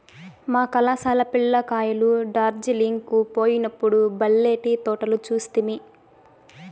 మా కళాశాల పిల్ల కాయలు డార్జిలింగ్ కు పోయినప్పుడు బల్లే టీ తోటలు చూస్తిమి